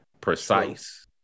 precise